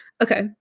Okay